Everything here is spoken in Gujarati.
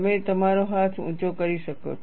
તમે તમારો હાથ ઊંચો કરી શકો છો